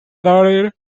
daughter